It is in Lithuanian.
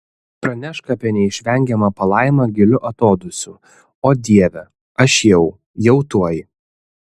pranešk apie neišvengiamą palaimą giliu atodūsiu o dieve aš jau jau tuoj